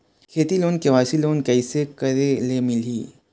खेती loan KYC loan कइसे करे ले मिलही?